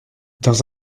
dans